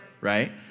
Right